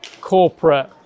corporate